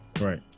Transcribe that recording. Right